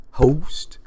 host